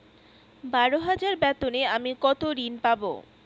বারো হাজার বেতনে আমি কত ঋন পাব?